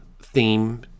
theme